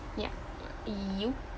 yup you